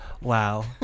Wow